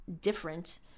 different